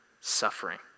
suffering